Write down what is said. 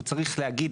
הוא צריך להגיד,